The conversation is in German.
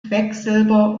quecksilber